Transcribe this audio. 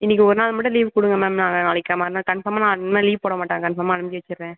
இன்னைக்கு ஒரு நாள் மட்டும் லீவ் கொடுங்க மேம் நான் நாளைக்கு மறுநாள் கன்ஃபார்மாக நான் இனிமே லீவ் போட மாட்டான் கன்ஃபார்மாக அனுப்பி வச்சிறேன்